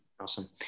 Awesome